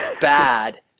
bad